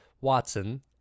Watson